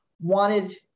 wanted